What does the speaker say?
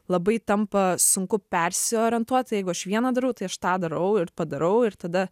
labai tampa sunku persiorientuot tai jeigu aš vieną darau tai aš tą darau ir padarau ir tada